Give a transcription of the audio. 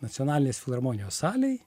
nacionalinės filharmonijos salėj